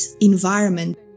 environment